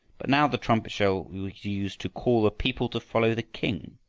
but now the trumpet-shell was used to call the people to follow the king.